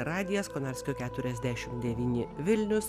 radijas konarskio keturiasdešim devyni vilnius